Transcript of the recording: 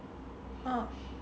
ah